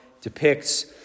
depicts